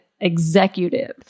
executive